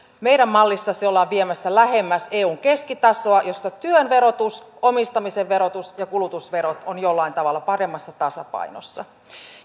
meidän mallissamme se ollaan viemässä lähemmäksi eun keskitasoa jossa työn verotus omistamisen verotus ja kulutusverot ovat jollain tavalla paremmassa tasapainossa